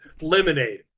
lemonade